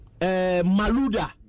Maluda